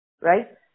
right